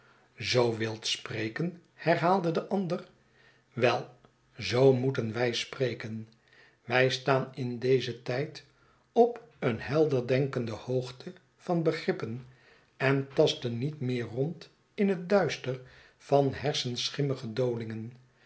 zoo wilt spreken herhaalde de ander wei zoo moeten wij spreken wij staan in dezen tijd op eene helderdenkende hoogte van begrippen en tasten niet meer rond in het duister van hersenschimmige